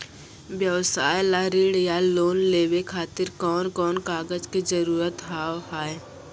व्यवसाय ला ऋण या लोन लेवे खातिर कौन कौन कागज के जरूरत हाव हाय?